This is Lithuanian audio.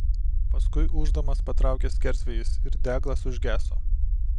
paskui ūždamas patraukė skersvėjis ir deglas užgeso